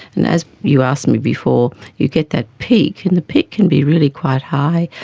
and as you asked me before, you get that peak and the peak can be really quite high,